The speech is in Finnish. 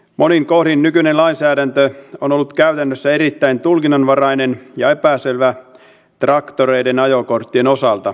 monin kohdin nykyinen lainsäädäntö on ollut käytännössä erittäin tulkinnanvarainen ja epäselvä traktoreiden ajokorttien osalta